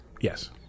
Yes